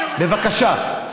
בבקשה.